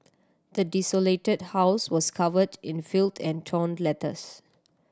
the desolated house was covered in filth and torn letters